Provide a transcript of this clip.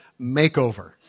makeover